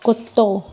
कुतो